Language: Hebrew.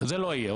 זה לא יהיה,